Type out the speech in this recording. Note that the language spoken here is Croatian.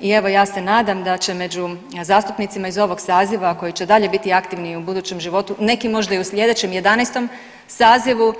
I evo ja se nadam da će među zastupnicima iz ovog saziva koji će i dalje biti aktivni u budućem životu, neki možda i u slijedećem 11. sazivu